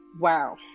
Wow